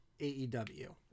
AEW